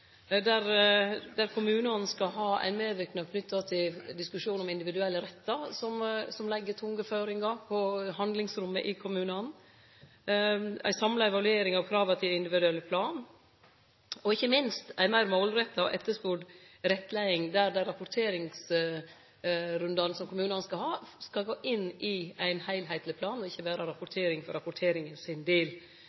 der kommunane skal ha ein medverknad knytt til diskusjonen om individuelle rettar, som legg tunge føringar på handlingsrommet i kommunane – ei samla evaluering av krava til individuell plan og, ikkje minst, ei meir målretta og etterspurd rettleiing, der dei rapporteringsrundane som kommunane skal ha, skal gå inn i ein heilskapleg plan og ikkje